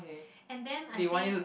and then I think